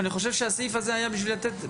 אני חושב שהסעיף הזה היה הפוך,